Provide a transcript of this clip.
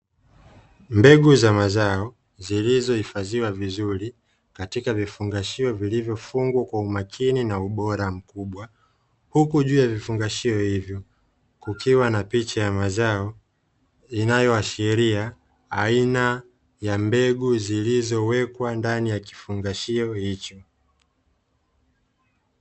Mbegu za mazao zilizohifadhiwa vizuri katika vifungashio vilivyofungwa kwa umakini na ubora mkubwa, huku juu ya vifungashio hivyo kukiwa na picha ya mazao inayoashiria aina ya mbegu zilizowekwa ndani ya kifungashio hicho.